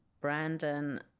brandon